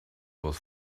was